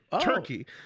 Turkey